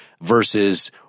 versus